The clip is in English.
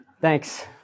Thanks